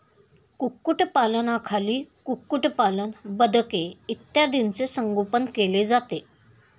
कुक्कुटपालनाखाली कुक्कुटपालन, बदके इत्यादींचे संगोपन केले जाते